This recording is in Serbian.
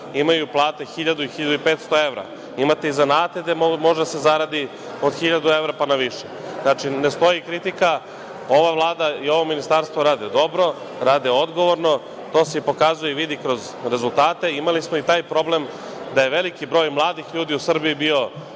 imaju plate 1.000 i 1.500 evra. Imate i zanate gde može da se zaradi od 1.000 evra pa na više. Znači, ne stoji kritika. Ova Vlada i ovo Ministarstvo rade dobro, rade odgovorno. To se i pokazuje i vidi kroz rezultate. Imali smo i taj problem da je veliki broj mladih ljudi u Srbiji bio